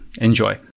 Enjoy